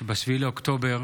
שב-7 באוקטובר